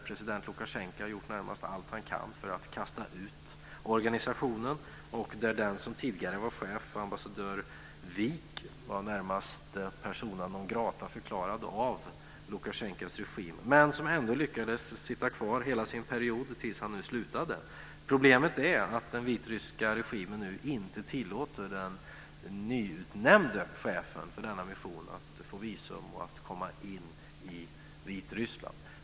President Lukasjenko har gjort i det närmaste allt han kan för att kasta ut organisationen. Den som tidigare var chef, ambassadör Wieck, var närmast förklarad persona non grata av Lukasjenkos regim, men lyckades ändå sitta kvar hela sin period tills han nu slutade. Problemet är att den vitryska regimen nu inte tillåter den nyutnämnde chefen för denna mission att få visum och komma in i Vitryssland.